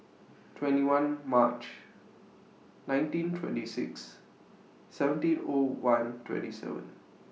twenty one March nineteen twenty six seventeen O one twenty seven